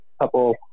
couple